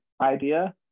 idea